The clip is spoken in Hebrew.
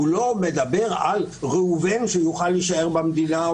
הוא לא מדבר על ראובן שיוכל להישאר במדינה או